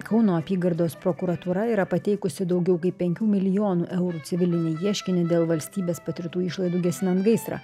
kauno apygardos prokuratūra yra pateikusi daugiau kaip penkių milijonų eurų civilinį ieškinį dėl valstybės patirtų išlaidų gesinant gaisrą